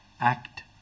act